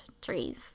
trees